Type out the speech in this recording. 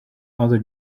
other